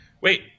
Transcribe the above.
wait